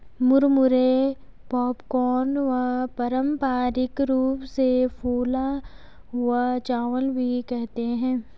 मुरमुरे पॉपकॉर्न व पारम्परिक रूप से फूला हुआ चावल भी कहते है